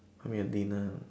buy me a dinner